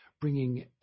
bringing